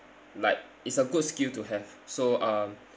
like it's a good skill to have so um